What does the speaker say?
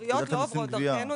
עיריות לא עוברות דרכנו,